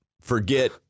forget